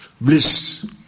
bliss